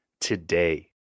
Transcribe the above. today